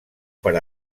per